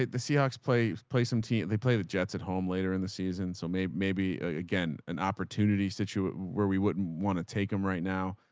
the seahawks play, play some teams, they play the jets at home later in the season. so maybe, maybe again, an opportunity situation where we wouldn't want to take them right now.